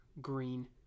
green